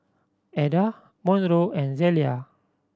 Adda Monroe and Zelia